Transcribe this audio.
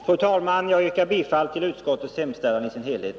Fru talman! Jag yrkar bifall till utskottets hemställan i dess helhet.